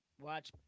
Watch